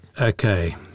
Okay